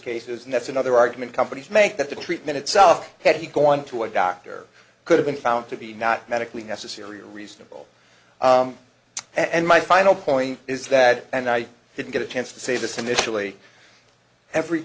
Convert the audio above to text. cases and that's another argument companies make that the treatment itself had he gone to a doctor could have been found to be not medically necessary or reasonable and my final point is that and i didn't get a chance to say this initially every